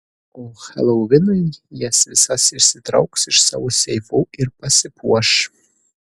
o helovinui jas visas išsitrauks iš savo seifų ir pasipuoš